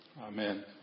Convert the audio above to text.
Amen